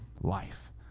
life